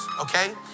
Okay